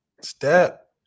Step